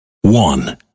One